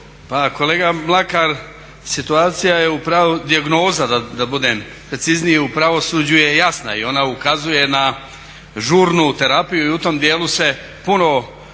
kolega Mlakar, situacija je, dijagnoza da budem precizniji u pravosuđu je jasna i ona ukazuje na žurnu terapiju i u tom dijelu se ponovo